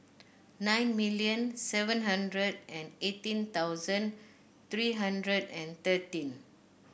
nine million seven hundred and eighteen thousand three hundred and thirteen